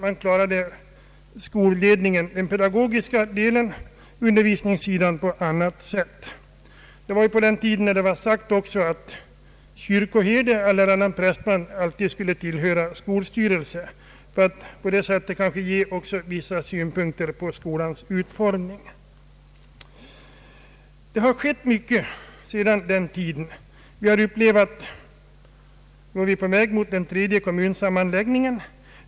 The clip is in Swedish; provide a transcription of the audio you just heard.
Man klarade skolledningen, den pedagogiska delen och undervisningsdelen på annat sätt. Det var på den tiden då det också var bestämt att kyrkoherde eller annan prästman alltid skulle tillhöra skolstyrelsen för att ge vissa synpunkter på skolans utformning. Mycket har skett sedan den tiden. Vi är på väg mot den tredje kommunsammanläggningen.